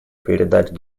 передать